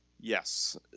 Yes